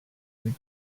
wick